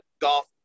golf